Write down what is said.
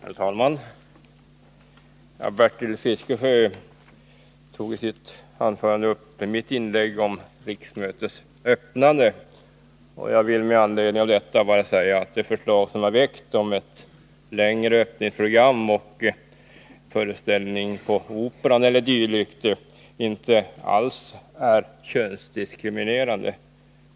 Herr talman! Bertil Fiskesjö tog i sitt anförande upp mitt inlägg om riksmötets öppnande. Jag vill med anledning av detta bara säga att det förslag jag väckt om ett längre öppningsprogram och en föreställning på Operan e. d. inte alls är könsdiskriminerande.